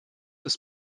ist